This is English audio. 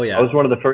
i was one of the